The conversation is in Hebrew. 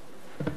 בבקשה.